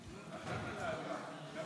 עמ' 23: